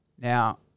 Now